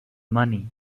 money